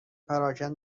پراکن